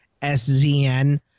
SZN